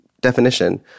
definition